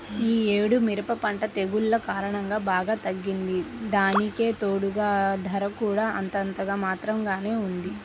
యీ యేడు మిరప పంట తెగుల్ల కారణంగా బాగా తగ్గింది, దానికితోడూ ధర కూడా అంతంత మాత్రంగానే ఉంది